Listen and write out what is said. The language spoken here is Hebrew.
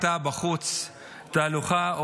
הייתה בחוץ תהלוכה,